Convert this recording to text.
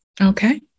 Okay